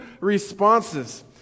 responses